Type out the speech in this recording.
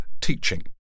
teaching